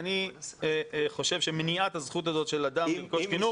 אני חושב שמניעת הזכות הזאת של אדם לרכוש חינוך,